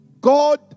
God